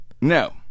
No